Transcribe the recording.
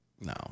no